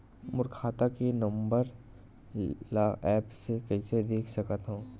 मोर खाता के नंबर ल एप्प से कइसे देख सकत हव?